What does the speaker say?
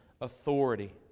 authority